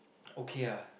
okay ah